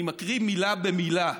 אני מקריא מילה במילה.